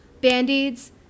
band-aids